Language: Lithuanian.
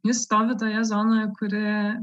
jis stovi toje zonoje kuri